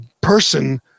person